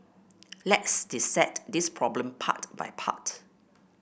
let's dissect this problem part by part